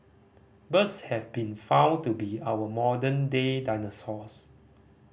birds have been found to be our modern day dinosaurs